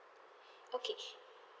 okay